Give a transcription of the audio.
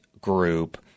group